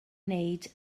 wneud